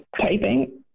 typing